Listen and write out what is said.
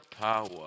power